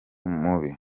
mubi